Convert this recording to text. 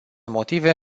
motive